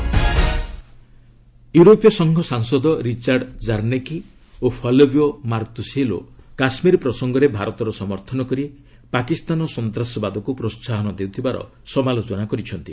EU Kashmir ୟୁରୋପୀୟ ସଂଘ ସାଂସଦ ରିଜାର୍ଡ କାର୍ଷ୍ଣେକି ଓ ଫଲୋବିଓ ମାର୍ଭୁସିଏଲୋ କାଶ୍ମୀର ପ୍ରସଙ୍ଗରେ ଭାରତର ସମର୍ଥନ କରି ପାକିସ୍ତାନ ସନ୍ତାସବାଦକୁ ପ୍ରୋହାହନ ଦେଉଥିବାର ସମାଲୋଚନା କରିଛନ୍ତି